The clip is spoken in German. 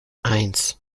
eins